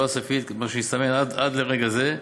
מה שהסתמן עד לרגע זה,